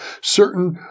certain